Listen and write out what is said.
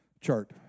Chart